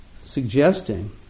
suggesting